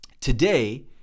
Today